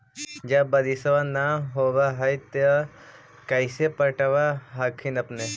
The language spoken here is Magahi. जब बारिसबा नय होब है तो कैसे पटब हखिन अपने?